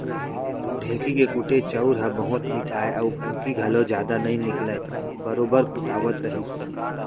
ढेंकी के कुटे चाँउर ह बहुत मिठाय अउ कनकी घलौ जदा नइ निकलय बरोबर कुटावत रहिस